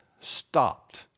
stopped